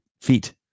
feet